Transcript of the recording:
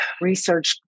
research